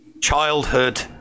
childhood